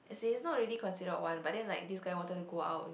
as in is not really considered one but then like this guy wanted to go out with